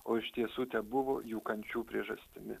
o iš tiesų tebuvo jų kančių priežastimi